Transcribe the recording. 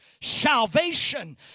salvation